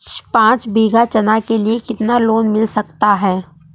पाँच बीघा चना के लिए कितना लोन मिल सकता है?